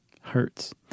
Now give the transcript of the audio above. Hurts